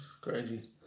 crazy